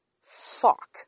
fuck